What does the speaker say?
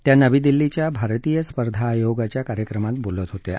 त्या नवी दिल्लीच्या भारतीय स्पर्धा आयोगाच्या कार्यक्रमात बोलत होत्या